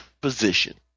position